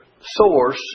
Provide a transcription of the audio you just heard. source